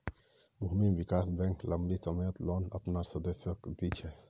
भूमि विकास बैंक लम्बी सम्ययोत लोन अपनार सदस्यक दी छेक